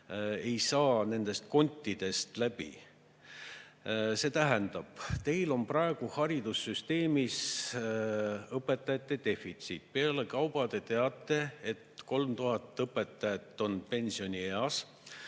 ei mahu nendest kontidest läbi. See tähendab: teil on praegu haridussüsteemis õpetajate defitsiit, pealekauba te teate, et 3000 õpetajat on pensionieas,